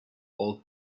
old